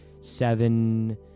seven